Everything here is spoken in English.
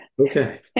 Okay